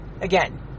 again